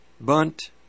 Bunt